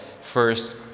first